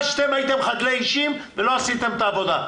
שהייתם חדלי אישים ולא עשיתם את עבודתכם.